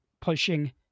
pushing